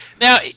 Now